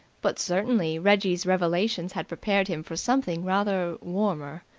but certainly reggie's revelations had prepared him for something rather warmer,